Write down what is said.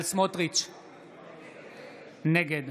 נגד